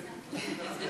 גברתי